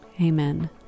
amen